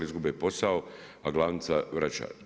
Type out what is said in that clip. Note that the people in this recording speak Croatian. Izgube posao, a glavnica vraća.